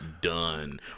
done